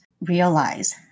realize